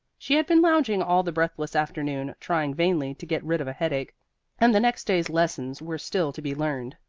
she had been lounging all the breathless afternoon, trying vainly to get rid of a headache and the next day's lessons were still to be learned.